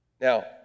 Now